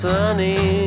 sunny